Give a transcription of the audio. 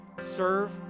Serve